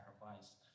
sacrifice